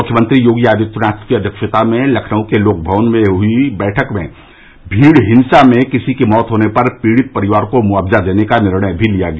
मुख्यमंत्री योगी आदित्यनाथ की अध्यक्षता में लखनऊ के लोक भवन में हुई बैठक में भीड़ हिंसा में किसी की मौत होने पर पीड़ित परिवार को मुआवजा देने का निर्णय भी लिया गया